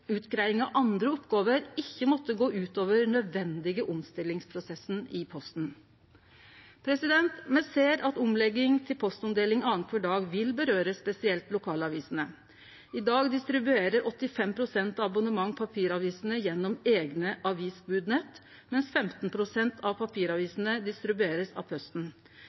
utgreiing av andre oppgåver ikkje måtte gå ut over den nødvendige omstillingsprosessen i Posten. Me ser at omlegging til postomdeling annankvar dag vil angå spesielt lokalavisene. I dag blir 85 pst. av abonnementpapiravisene distribuerte gjennom eigne avisbodnett, mens 15 pst. av papiravisene blir distribuerte av Posten.